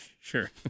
sure